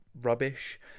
rubbish